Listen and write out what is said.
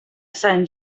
sant